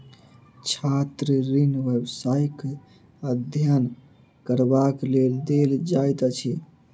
छात्र ऋण व्यवसायिक अध्ययन करबाक लेल देल जाइत अछि